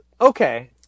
Okay